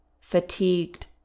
fatigued